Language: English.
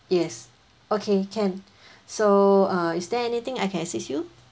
yes okay can so err is there anything I can assist you